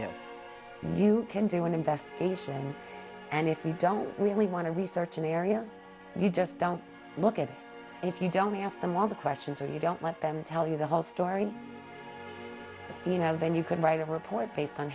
know you can do an investigation and if you don't really want to research an area you just don't look at it if you don't me ask them all the questions or you don't let them tell you the whole story you know then you could write a report based on